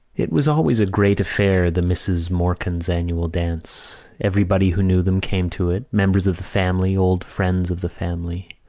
it was always a great affair, the misses morkan's annual dance. everybody who knew them came to it, members of the family, old friends of the family,